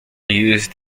used